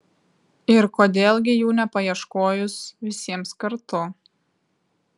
ir kodėl gi jų nepaieškojus visiems kartu